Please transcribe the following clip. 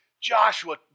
Joshua